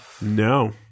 no